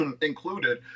included